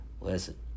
listen